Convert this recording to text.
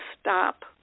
stop